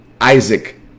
isaac